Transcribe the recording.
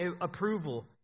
approval